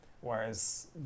whereas